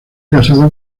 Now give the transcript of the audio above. casado